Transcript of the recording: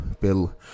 Bill